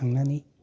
थांनानै